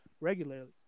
regularly